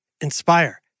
Inspire